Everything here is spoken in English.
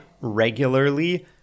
regularly